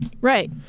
Right